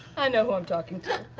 i know who i'm talking to.